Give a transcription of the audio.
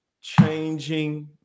changing